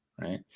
Right